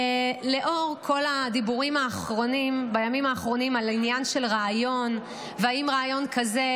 לאור כל הדיבורים בימים האחרונים על העניין של רעיון ואם רעיון כזה